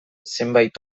zenbait